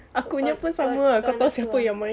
kau kau kau nak siapa